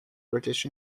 british